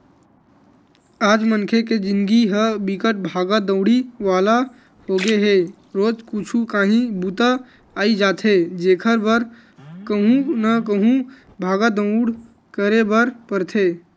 आज मनखे के जिनगी ह बिकट भागा दउड़ी वाला होगे हे रोजे कुछु काही बूता अई जाथे जेखर बर कहूँ न कहूँ भाग दउड़ करे बर परथे